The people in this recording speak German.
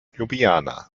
ljubljana